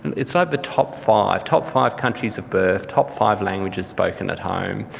it's like the top five top five countries of birth, top five languages spoken at home,